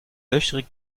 löchrig